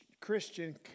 Christian